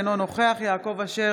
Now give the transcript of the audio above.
אינו נוכח יעקב אשר,